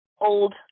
old